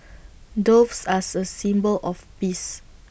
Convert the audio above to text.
doves as A symbol of peace